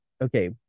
Okay